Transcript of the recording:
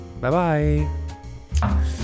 Bye-bye